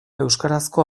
euskarazko